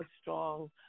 strong